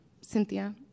Cynthia